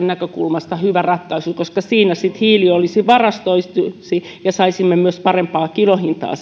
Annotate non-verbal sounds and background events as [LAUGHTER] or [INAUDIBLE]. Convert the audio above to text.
[UNINTELLIGIBLE] näkökulmasta hyvä ratkaisu koska siinä sitten hiili olisi varastoituna ja saisimme sille myös parempaa kilohintaa [UNINTELLIGIBLE]